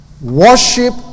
Worship